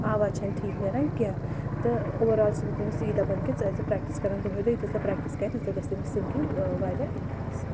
آواز چھَنہٕ ٹھیٖک نیران کیٚنٛہہ تہٕ اوٚوَرآل چھِ بہٕ تٔمِس یی دَپان کہِ ژےٚ ٲسۍ زِ پرٛٮ۪کٹِس کَران دۄہَے دۄہَے ییٖژاہ سۄ پرٛٮ۪کٹِس کَرِ تیٖژاہ گژھِ تٔمِس سِنٛگِنٛگ واریاہ اِنکرٛیٖز